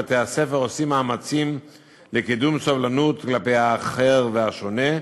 בתי-הספר עושים מאמצים לקידום סובלנות כלפי האחר והשונה,